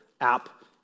app